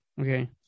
okay